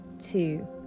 two